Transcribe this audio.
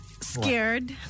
scared